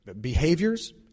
behaviors